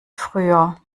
früher